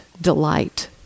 delight